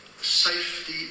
safety